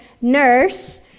nurse